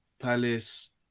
Palace